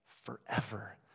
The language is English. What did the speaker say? forever